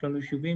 יש לנו יישובים,